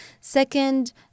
Second